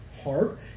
heart